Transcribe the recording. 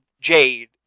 Jade